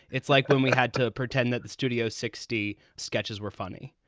it's like when we had to pretend that the studio sixty sketches were funny